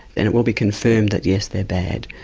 and it will be confirmed that yes, they're bad.